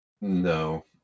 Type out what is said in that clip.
No